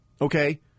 Okay